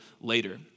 later